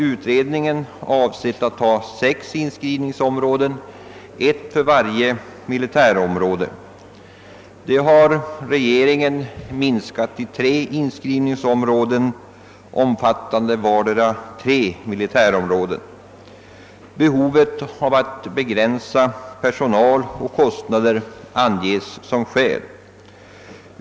Utredningen har föreslagit sex inskrivningsområden, ett för varje militärområde, medan Kungl. Maj:t anser att antalet kan minskas till tre, vart och ett omfattande två militärområden. Behovet av att begränsa personal: och kostnader anges som skäl.